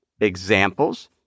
examples